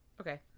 Okay